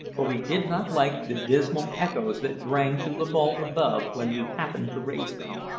for we did not like the dismal echoes that rang through the vault above when we happened to raise them.